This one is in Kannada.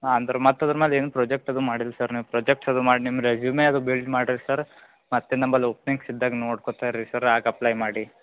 ಹಾಂ ಅಂದ್ರೆ ಮತ್ತೆ ಅದ್ರ ಮೇಲೆ ಏನು ಪ್ರಾಜೆಕ್ಟ್ ಅದು ಮಾಡೀರಿ ಸರ್ ನೀವು ಪ್ರಾಜೆಕ್ಟ್ಸ್ ಅದು ಮಾಡಿ ನಿಮ್ಮ ರೆಸೂಮೇ ಅದು ಬಿಲ್ಡ್ ಮಾಡಿರಿ ಸರ್ ಮತ್ತೆ ನಂಬಲ್ಲಿ ಒಪನಿಂಗ್ಸ್ ಇದ್ದಾಗ ನೋಡ್ಕೋತಾ ಇರಿ ಸರ್ ಆಗ ಅಪ್ಲೈ ಮಾಡಿ